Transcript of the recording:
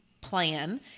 plan